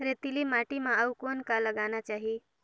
रेतीली माटी म अउ कौन का लगाना चाही?